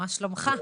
מה שלומך?